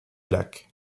lac